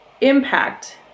impact